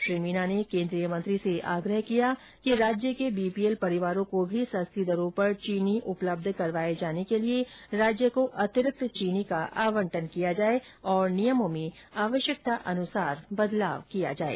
श्री मीना ने केंद्रीय मंत्री से आग्रह किया कि राज्य के बीपीएल परिवारों को भी सस्ती दरों पर चीनी उपलब्ध करवाए जाने के लिए राज्य को अतिरिक्त चीनी का आवंटन किया जाए तथा नियमों में आवश्यकता अनुरूप बदलाव किया जाए